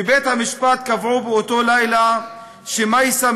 בבית-המשפט קבעו באותו לילה שמייסם